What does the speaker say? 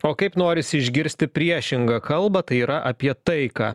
o kaip norisi išgirsti priešingą kalbą tai yra apie taiką